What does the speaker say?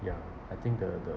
ya I think the the